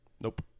Nope